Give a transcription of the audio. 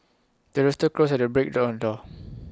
the rooster crows at the break of dawn